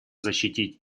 защитить